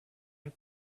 and